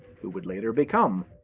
who would later become.